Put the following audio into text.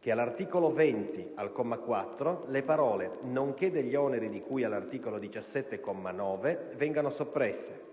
che all'articolo 20, al comma 4, le parole: "nonché degli oneri di cui all'articolo 17, comma 9" vengano soppresse;